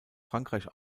frankreich